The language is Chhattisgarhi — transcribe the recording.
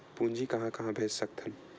पूंजी कहां कहा भेज सकथन?